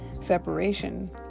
Separation